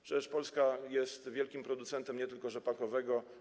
Przecież Polska jest wielkim producentem nie tylko oleju rzepakowego.